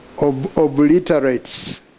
obliterates